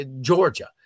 Georgia